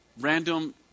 random